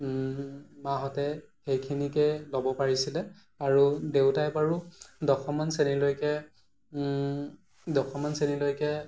মাহঁতে সেইখিনিকে ল'ব পাৰিছিলে আৰু দেউতাই বাৰু দশমমান শ্ৰেণীলৈকে দশমমান শ্ৰেণীলৈকে